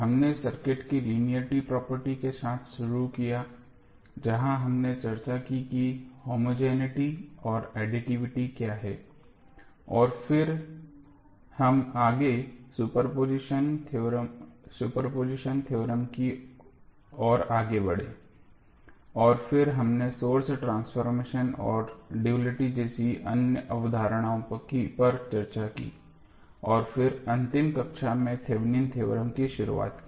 हमने सर्किट की linearity property के साथ शुरू किया जहां हमने चर्चा की कि होमोजेनििटी और एडीटीवीटी क्या है और फिर हम आगे सुपरपोजिशन थ्योरम की ओर आगे बढ़े और फिर हमने सोर्स ट्रांसफॉर्मेशन और डुअलिटी जैसी अन्य अवधारणाओं पर चर्चा की और फिर अंतिम कक्षा में थेवेनिन थ्योरम की शुरुआत की